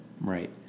Right